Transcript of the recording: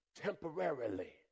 temporarily